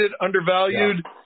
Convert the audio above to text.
undervalued